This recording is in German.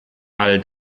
all